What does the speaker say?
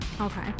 Okay